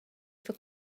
for